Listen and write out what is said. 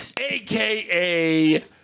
AKA